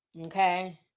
Okay